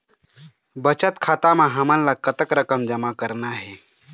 बचत खाता म हमन ला कतक रकम जमा करना हे?